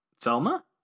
Selma